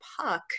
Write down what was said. Puck